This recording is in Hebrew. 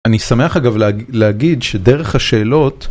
אני שמח אגב להגיד שדרך השאלות